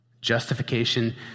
Justification